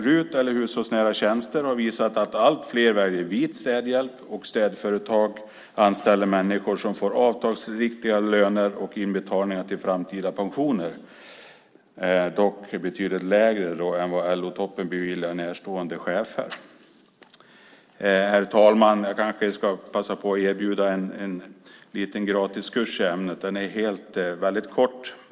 RUT, eller hushållsnära tjänster, har visat att allt fler väljer vit städhjälp, och städföretag anställer människor som får avtalsriktiga löner och inbetalningar till framtida pensioner - dock betydligt lägre än vad LO-toppen beviljar närstående chefer. Herr talman! Jag kanske ska passa på att erbjuda en liten gratiskurs i ämnet. Den är väldigt kort.